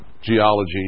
geology